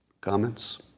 comments